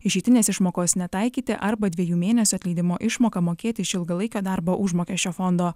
išeitinės išmokos netaikyti arba dviejų mėnesių atleidimo išmoką mokėti iš ilgalaikio darbo užmokesčio fondo